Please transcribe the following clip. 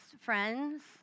friends